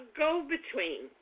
go-between